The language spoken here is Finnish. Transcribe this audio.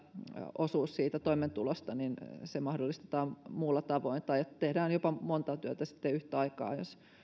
osuus siitä toimeentulosta mahdollistetaan muulla tavoin tai tehdään sitten jopa montaa työtä yhtä aikaa jos